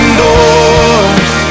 doors